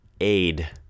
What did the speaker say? aid